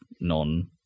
non